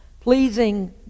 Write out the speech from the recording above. pleasing